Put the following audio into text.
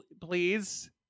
please